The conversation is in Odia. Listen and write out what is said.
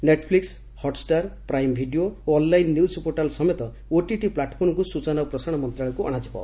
ନେଟ୍ଫ୍ଲିକ୍ ହଟ୍ଷ୍ଟାର୍ ପ୍ରାଇମ୍ ଭିଡ଼ିଓ ଓ ଅନ୍ଲାଇନ୍ ନ୍ୟୁଜ୍ ପୋର୍ଟାଲ୍ ସମେତ ଓଟିଟି ପ୍ଲାଟ୍ଫର୍ମକୁ ସୂଚନା ଓ ପ୍ରସାରଣ ମନ୍ତ୍ରଣାଳୟକୁ ଅଣାଯିବ